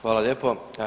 Hvala lijepo.